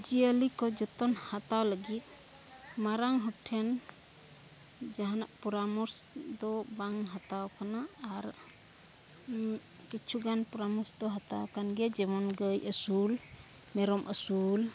ᱡᱤᱭᱟᱹᱞᱤ ᱠᱚ ᱡᱚᱛᱚᱱ ᱦᱟᱛᱟᱣ ᱞᱟᱹᱜᱤᱫ ᱢᱟᱨᱟᱝ ᱦᱚᱲᱴᱷᱮᱱ ᱡᱟᱦᱟᱱᱟᱜ ᱯᱚᱨᱟᱢᱚᱥ ᱫᱚ ᱵᱟᱝ ᱦᱟᱛᱟᱣ ᱠᱟᱱᱟ ᱟᱨ ᱠᱤᱪᱷᱩᱜᱟᱱ ᱯᱚᱨᱟᱢᱚᱨᱥᱚᱫᱚ ᱦᱟᱛᱟᱣ ᱟᱠᱟᱱ ᱜᱮᱭᱟ ᱡᱮᱢᱚᱱ ᱜᱟᱹᱭ ᱟᱹᱥᱩᱞ ᱢᱮᱨᱚᱢ ᱟᱹᱥᱩᱞ